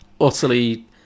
utterly